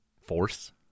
force